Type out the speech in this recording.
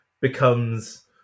becomes